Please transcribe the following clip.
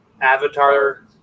Avatar